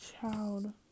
Child